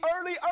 early